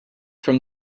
from